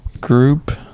Group